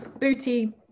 booty